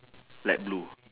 light blue